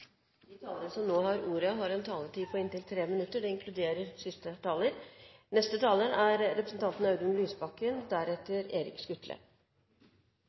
De talere som heretter får ordet, har en taletid på inntil 3 minutter. Det inkluderer siste taler. Jeg er